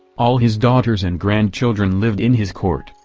all his daughters and grandchildren lived in his court,